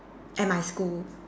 at my school